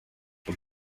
ngo